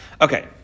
Okay